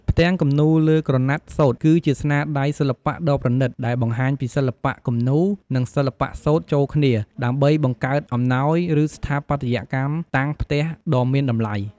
ផ្ទាំងគំនូរលើក្រណាត់សូត្រ គឺជាស្នាដៃសិល្បៈដ៏ប្រណិត ដែលបង្ហាញពីសិល្បៈគំនូរ និងសិល្បៈសូត្រចូលគ្នា ដើម្បីបង្កើតអំណោយ ឬស្ថាបត្យកម្មតាំងផ្ទះដ៏មានតម្លៃ។